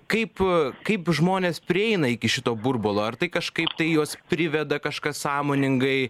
kaip kaip žmonės prieina iki šito burbulo ar tai kažkaip tai juos priveda kažkas sąmoningai